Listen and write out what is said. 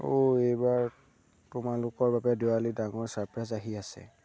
অঁ এইবাৰ তোমালোকৰ বাবে দেৱালীৰ ডাঙৰ ছাৰপ্ৰাইজ আহি আছে